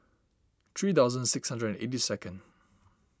three thousand six hundred and eighty second